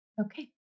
Okay